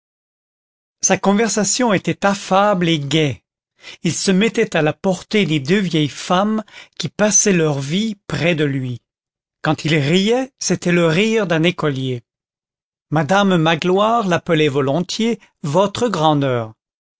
sa conversation était affable et gaie il se mettait à la portée des deux vieilles femmes qui passaient leur vie près de lui quand il riait c'était le rire d'un écolier madame magloire l'appelait volontiers votre grandeur